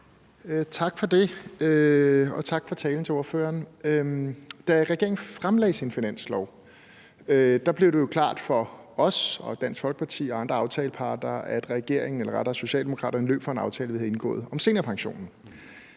Tak for det, og tak for talen til ordføreren. Da regeringen fremlagde sit finanslovsudspil, blev det jo klart for os og Dansk Folkeparti og andre aftaleparter, at regeringen eller rettere Socialdemokratiet løb fra en aftale, vi havde indgået om seniorpensionen.